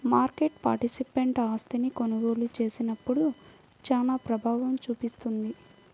market participant ఆస్తిని కొనుగోలు చేసినప్పుడు చానా ప్రభావం చూపిస్తుంది